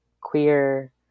queer